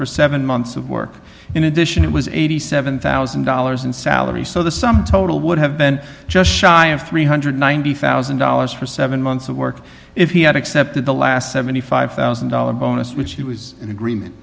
for seven months of work in addition it was eighty seven thousand dollars in salary so the sum total would have been just shy of three hundred and ninety thousand dollars for seven months of work if he had accepted the last seventy five thousand dollars bonus which he was in agreement